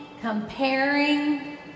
comparing